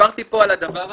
סיפרתי פה על הדבר הזה.